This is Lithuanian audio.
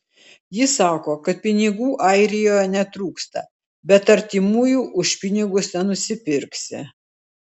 ji sako kad pinigų airijoje netrūksta bet artimųjų už pinigus nenusipirksi